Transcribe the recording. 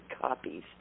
copies